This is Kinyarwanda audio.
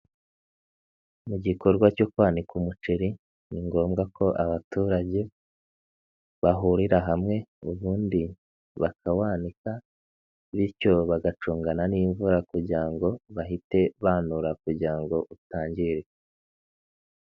Mu gikorwa cyo kwanika umuceri ni ngombwa ko abaturage bahurira hamwe ubundi bakawanika, bityo bagacungana n'imvura kugira ngo bahite banura kugira ngo utangirika.